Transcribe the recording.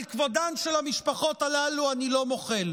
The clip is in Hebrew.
על כבודן של המשפחות הללו אני לא מוחל,